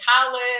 college